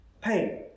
pain